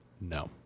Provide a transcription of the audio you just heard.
No